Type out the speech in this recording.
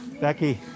Becky